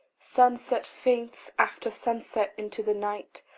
sunset faints after sunset into the night,